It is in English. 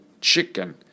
chicken